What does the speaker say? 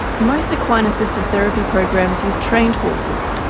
most equine assisted therapy programs use trained horses.